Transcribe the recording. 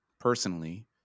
personally